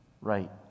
right